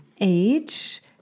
Age